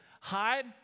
hide